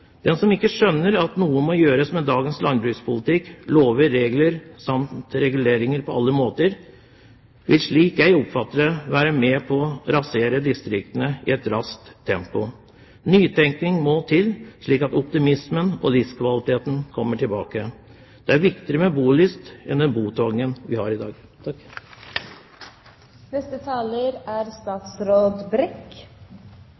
Den som ikke skjønner at noe må gjøres med dagens landbrukspolitikk, lover, regler og reguleringer på alle måter, vil, slik jeg oppfatter det, være med på å rasere distriktene i et raskt tempo. Nytenkning må til, slik at optimismen og livskvaliteten kommer tilbake. Det er viktigere med bolyst enn med den botvangen vi har i dag.